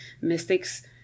mystics